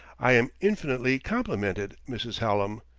i am infinitely complimented, mrs. hallam,